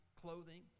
clothing